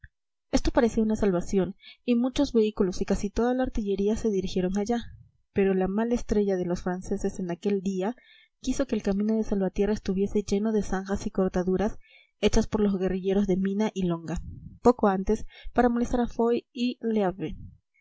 esto parecía una salvación y muchos vehículos y casi toda la artillería se dirigieron allá pero la mala estrella de los franceses en aquel día quiso que el camino de salvatierra estuviese lleno de zanjas y cortaduras hechas por los guerrilleros de mina y longa poco antes para molestar a foy y